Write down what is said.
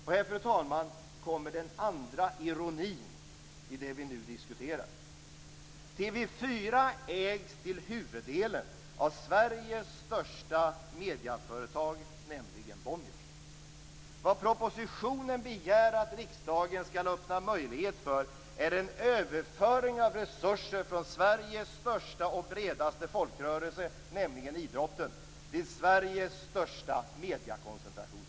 Och här, fru talman, kommer den andra ironin i det vi nu diskuterar. TV 4 ägs till huvuddelen av Sveriges största medieföretag, nämligen Bonniers. Vad regeringen i propositionen begär att riksdagen skall öppna möjlighet för är en överföring av resurser från Sveriges största och bredaste folkrörelse, nämligen idrotten, till Sveriges mediekoncentrationsföretag.